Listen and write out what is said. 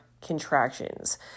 contractions